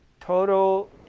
total